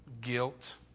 Guilt